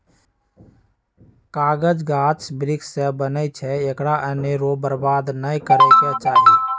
कागज गाछ वृक्ष से बनै छइ एकरा अनेरो बर्बाद नऽ करे के चाहि